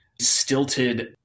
stilted